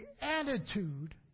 attitude